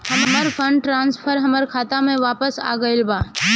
हमर fund transfer हमर खाता में वापस आ गईल बा